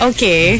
Okay